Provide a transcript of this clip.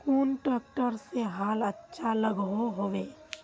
कुन ट्रैक्टर से हाल अच्छा लागोहो होबे?